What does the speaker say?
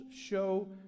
show